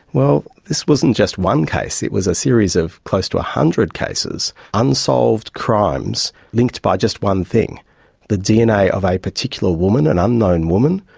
well, this wasn't just one case, it was a series of close to one hundred cases, unsolved crimes linked by just one thing the dna of a particular woman, an unknown woman,